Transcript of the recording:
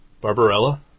Barbarella